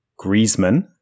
Griezmann